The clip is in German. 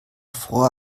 fror